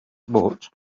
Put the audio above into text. but